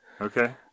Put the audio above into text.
Okay